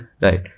right